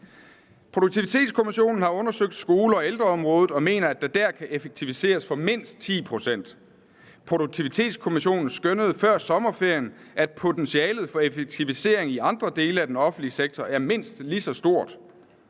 Produktivitetskommissionen har undersøgt skole- og ældreområdet og mener, at der kan effektiviseres for mindst 10 pct. Produktivitetskommissionen skønnede før sommerferien, at potentialet for effektivisering i andre dele af den offentlige sektor er mindst lige så stort.